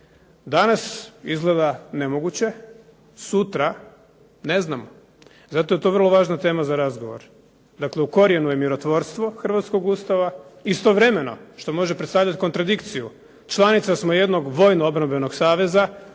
Danas izgleda nemoguće. Sutra ne znam. Zato je to vrlo važna tema za razgovor. Dakle u korijenu je mirotvorstvo hrvatskog Ustava, istovremeno što može predstavljati kontradikciju članica smo jednog vojno-obrambenog saveza